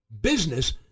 business